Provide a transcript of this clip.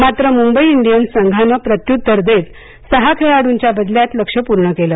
मात्र मुंबई इंडियन्स संघाने प्रत्युत्तर देत सहा खेळाडूंच्या बदल्यात लक्ष पूर्ण केलं